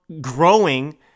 growing